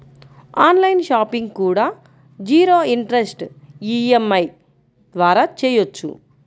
on line shopping కూడా zero interest EMI ద్వారా చెయ్యొచ్చు